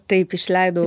taip išleidau